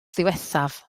ddiwethaf